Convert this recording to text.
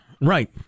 Right